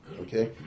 Okay